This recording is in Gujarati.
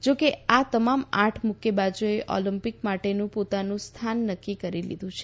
જો કે આ તમામ આઠ મુકકાબાજોએ ઓલમ્પિક માટેનું પોતાનું સ્થાન નકકી કરી લીધુ છે